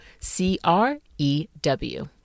C-R-E-W